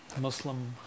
Muslim